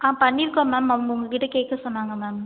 ஆ பண்ணிருக்கோம் மேம் அவங்க உங்ககிட்ட கேட்க சொன்னாங்க மேம்